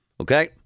Okay